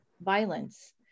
violence